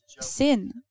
sin